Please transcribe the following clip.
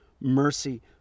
mercy